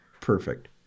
Perfect